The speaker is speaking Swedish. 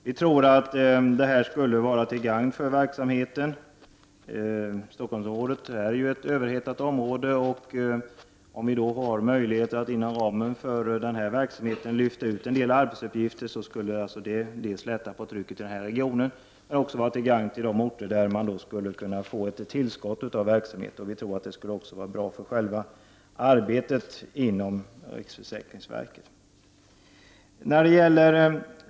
Vi tror att det skulle vara till gagn för verksamheten. Stockholmsområdet är ett överhettat område. Om vi hade möjlighet att inom ramen för verksamheten lyfta ut en del av arbetsuppgifterna skulle det lätta på trycket i Stockholmsregionen. Det skulle vara till gagn för de orter som då skulle få ett tillskott av verksamheten. Det skulle också vara bra för själva arbetet inom riksförsäkringsverket.